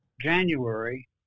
January